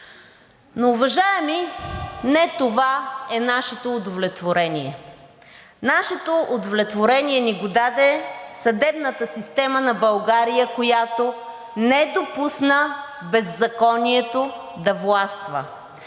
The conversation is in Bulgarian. Но, уважаеми, не това е нашето удовлетворение. Нашето удовлетворение ни го даде съдебната система на България, която не допусна беззаконието да властва.